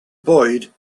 boyd